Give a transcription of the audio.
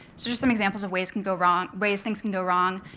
so just some examples of ways can go wrong ways things can go wrong.